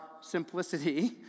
simplicity